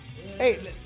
Hey